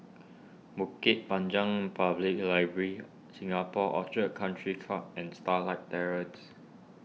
Bukit Panjang Public Library Singapore Orchid Country Club and Starlight Terrace